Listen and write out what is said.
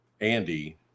Andy